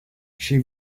she